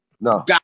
No